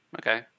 Okay